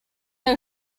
know